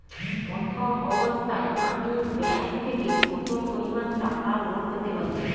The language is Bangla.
প্রথম অবস্থায় আমি ব্যাংক থেকে কত পরিমান টাকা লোন পেতে পারি?